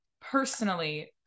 personally